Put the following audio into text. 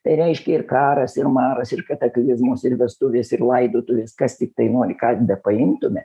tai reiškia ir karas ir maras ir kataklizmus ir vestuvės ir laidotuvės kas tiktai nori ką ir bepaimtume